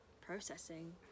processing